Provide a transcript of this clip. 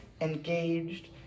engaged